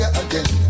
again